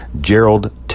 Gerald